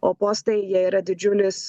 o postai jie yra didžiulis